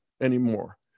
anymore